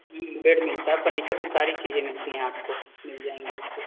bed मिलता है furniture की सारी चीजें मिलती हैं आपको मिल जायेंगी यहाँ से